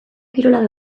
kirolak